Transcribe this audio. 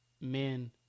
Men